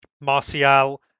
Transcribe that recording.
Martial